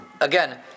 again